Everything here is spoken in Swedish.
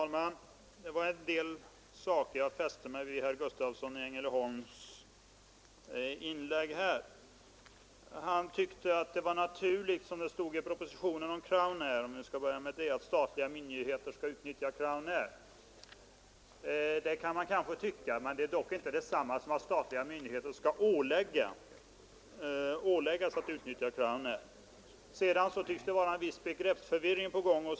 utövning m.m. Herr talman! Jag fäste mig vid en del saker i herr Gustavssons i Vissa upphand Ängelholm inlägg. Han tyckte att det var naturligt, som det stod i propositionen, att statliga myndigheter skall utnyttja Crownair. Det kan lingsfrågor man kanske tycka, men det är dock inte detsamma som att statliga myndigheter skall åläggas att utnyttja Crownair. Herr Gustavsson i Ängelholm tycks ha drabbats av en viss begreppsförvirring.